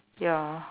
ya